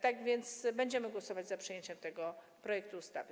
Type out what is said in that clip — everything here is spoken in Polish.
Tak więc będziemy głosować za przyjęciem tego projektu ustawy.